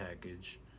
package